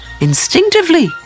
instinctively